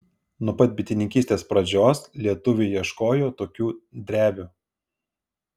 nuo pat bitininkystės pradžios lietuviai ieškojo tokių drevių